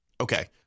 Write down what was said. Okay